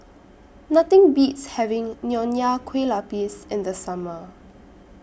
Nothing Beats having Nonya Kueh Lapis in The Summer